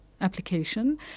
application